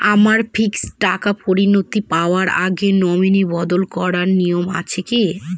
আমার ফিক্সড টাকা পরিনতি পাওয়ার আগে নমিনি বদল করার নিয়ম আছে?